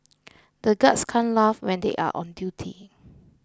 the guards can't laugh when they are on duty